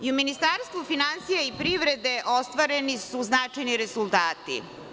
I u Ministarstvu finansija privrede ostvareni su značajni rezultati.